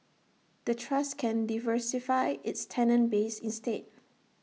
the trust can diversify its tenant base instead